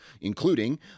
including